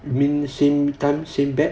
you mean same time same batch